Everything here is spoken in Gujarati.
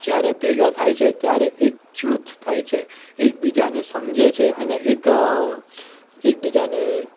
જ્યારે ભેગા થાય છે ત્યારે એક જૂથ થાય છે એકબીજાને સમજે છે અને એક એકબીજાની